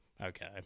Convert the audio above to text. okay